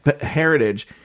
heritage